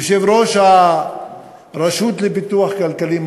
יושב-ראש הרשות לפיתוח כלכלי,